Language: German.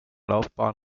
laufbahn